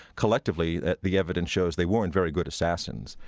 collectively, the evidence shows they weren't very good assassins.